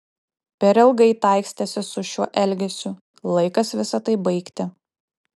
per ilgai taikstėsi su šiuo elgesiu laikas visa tai baigti